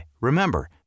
remember